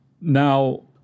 Now